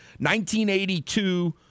1982